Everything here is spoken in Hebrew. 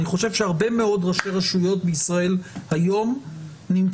אני חושב שהרבה מאוד ראשי רשויות בישראל היום נמצאים